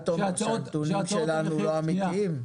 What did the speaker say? אתה אומר שהנתונים שלנו לא אמיתיים?